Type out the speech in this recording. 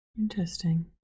Interesting